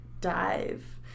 dive